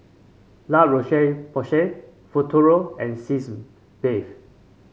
La Roche Porsay Futuro and Sitz Bath